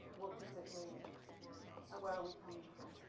what does it mean and where are we coming from?